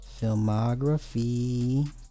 filmography